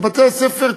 שבתי-הספר,